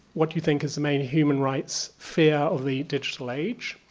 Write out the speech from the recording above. what do you think is the main human rights fear of the digital age?